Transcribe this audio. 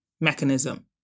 mechanism